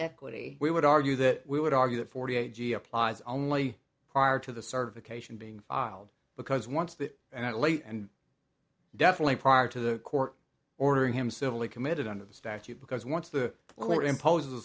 equity we would argue that we would argue that forty eight g applies only prior to the certification being filed because once that and it late and definitely prior to the court ordering him civilly committed under the statute because once the lawyer imposes